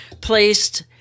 placed